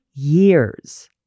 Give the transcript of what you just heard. years